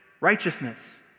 righteousness